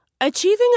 Achieving